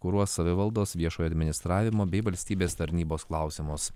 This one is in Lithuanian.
kuruos savivaldos viešojo administravimo bei valstybės tarnybos klausimus